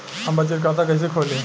हम बचत खाता कइसे खोलीं?